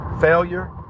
failure